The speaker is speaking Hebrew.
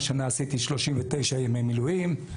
השנה עשיתי 39 ימי מילואים.